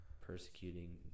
persecuting